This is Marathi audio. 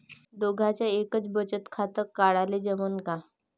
दोघाच एकच बचत खातं काढाले जमनं का?